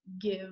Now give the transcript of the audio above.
give